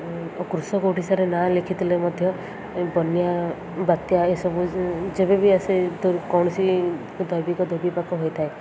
କୃଷକ ଓଡ଼ିଶାରେ ନାଁ ଲେଖିଥିଲେ ମଧ୍ୟ ବନ୍ୟା ବାତ୍ୟା ଏସବୁ ଯେବେ ବି ଆସ କୌଣସି ଦୈବିଦୁର୍ବିପାକ ହୋଇଥାଏ